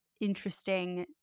interesting